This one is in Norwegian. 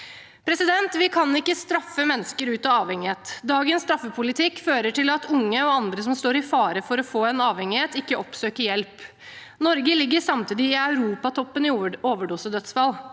folk. Vi kan ikke straffe mennesker ut av avhengighet. Dagens straffepolitikk fører til at unge og andre som står i fare for å få en avhengighet, ikke oppsøker hjelp. Norge ligger samtidig i europatoppen i overdosedødsfall.